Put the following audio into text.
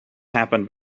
happened